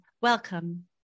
Welcome